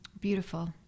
Beautiful